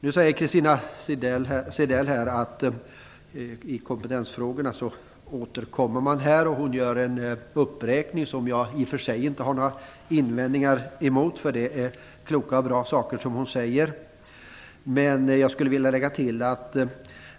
Nu säger Christina Zedell att man skall återkomma i kompetensfrågorna. Hon gör en uppräkning som jag i och för sig inte har några invändningar emot. Det är kloka och bra saker som hon säger.